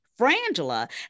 Frangela